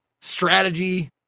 strategy